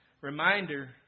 reminder